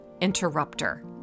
interrupter